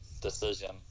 decision